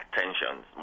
tensions